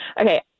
Okay